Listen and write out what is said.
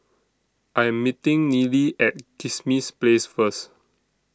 I Am meeting Neely At Kismis Place First